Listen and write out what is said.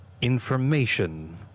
information